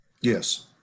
Yes